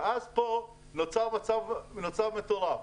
פה נוצר מצב מטורף,